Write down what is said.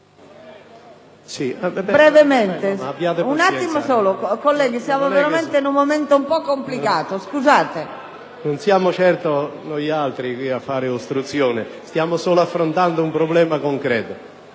Non siamo certo noi a fare ostruzione, stiamo solo affrontando un problema concreto.